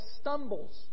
stumbles